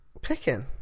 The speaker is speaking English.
picking